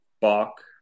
Bach